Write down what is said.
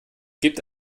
gibt